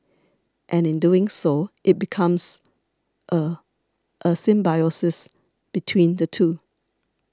and in doing so it becomes a a symbiosis between the two